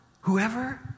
whoever